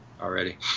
already